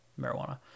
marijuana